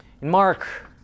Mark